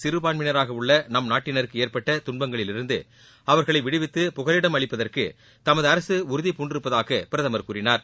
சிறுபான்மையினராகஉள்ளநம் அண்டைநாடுகளில் நாட்டினருக்குஏற்பட்டதுன்பங்களிலிருந்துஅவர்களைவிடுவித்து புகலிடம் அளிப்பதற்குதமதுஅரசுடறுதிபூண்டிருப்பதாகபிரதமர் கூறினார்